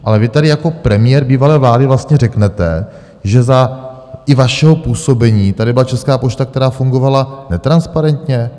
Ale vy tady jako premiér bývalé vlády vlastně řeknete, že za i vašeho působení tady byla Česká pošta, která fungovala netransparentně?